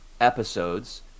episodes